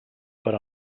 per